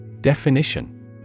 Definition